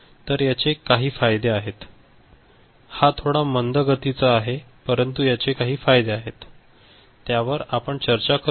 तर याचे काही फायदे आहेत हा थोडा मंद गतीचा आहे परंतु याचे काही फायदे आहे त्या वर आपण चर्चा करूया